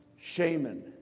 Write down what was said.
Shaman